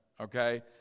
okay